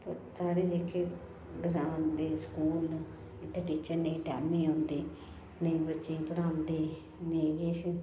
साढ़े जेह्के ग्रांऽ दे स्कूल न इत्थें टीचर नेईं टैमे दे औंदे नेईं बच्चें गी पढ़ांदे नेईं किश